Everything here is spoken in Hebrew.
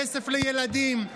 כסף לילדים,